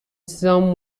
some